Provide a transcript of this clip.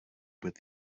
with